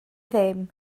ddim